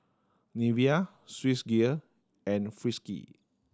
Nivea Swissgear and Frisky